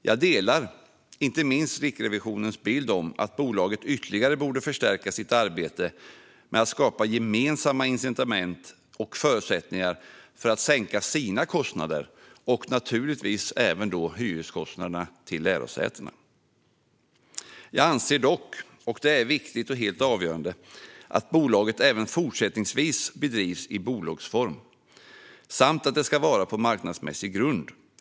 Jag delar Riksrevisionens bild att bolaget ytterligare borde förstärka sitt arbete med att skapa gemensamma incitament och förutsättningar för att sänka sina kostnader och naturligtvis även hyreskostnaderna för lärosätena. Jag anser dock att det är viktigt och helt avgörande att bolaget även fortsättningsvis bedrivs i bolagsform samt att det ska vara på marknadsmässig grund.